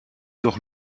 doch